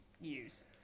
use